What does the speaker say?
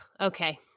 Okay